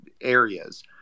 areas